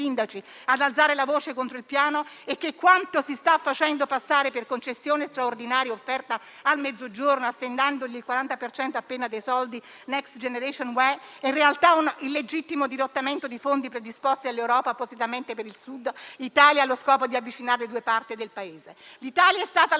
sindaci ad alzare la voce contro il piano è però che quanto si sta facendo passare per concessione straordinaria offerta al Mezzogiorno, assegnandogli il 40 per cento appena dei soldi di Next generation UE è in realtà un illegittimo dirottamento dei Fondi predisposti dall'Europa appositamente per il Sud Italia allo scopo di avvicinare le due parti del Paese. L'Italia è stata la